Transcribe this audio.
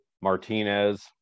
Martinez